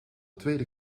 tweede